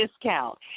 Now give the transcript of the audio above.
discount